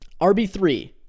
RB3